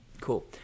Cool